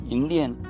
Indian